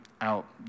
out